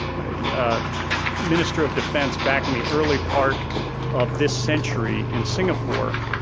a ah minister of defense back in the early part of this century in singapore.